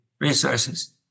resources